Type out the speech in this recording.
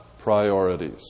priorities